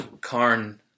Karn